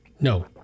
No